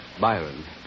Byron